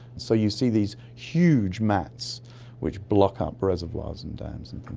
so you see these huge mats which block up reservoirs and dams and